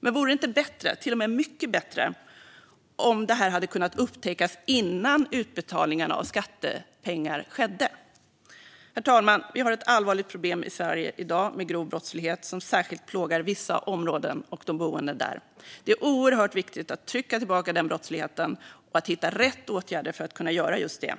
Men vore det inte bättre, till och med mycket bättre, om det här hade kunnat upptäckas innan utbetalningarna av skattepengar skedde? Herr talman! Vi har ett allvarligt problem i Sverige i dag med grov brottslighet som särskilt plågar vissa områden och de boende där. Det är oerhört viktigt att trycka tillbaka den brottsligheten och att hitta rätt åtgärder för att kunna göra just det.